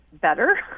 better